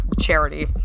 charity